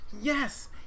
yes